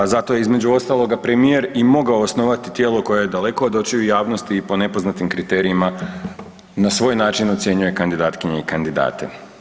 Zato je, između ostaloga, premijer i mogao osnovati tijelo koje je daleko od očiju javnosti i po nepoznatim kriterijima, na svoj način ocjenjuje kandidatkinje i kandidate.